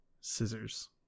scissors